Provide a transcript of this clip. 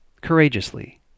courageously